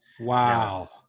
Wow